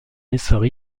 essor